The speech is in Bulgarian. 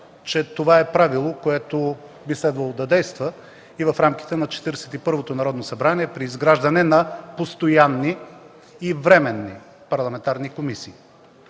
че това е правило, което би следвало да действа и в рамките на Четиридесет и първото Народно събрание при изграждане на постоянни и временни парламентарни комисии.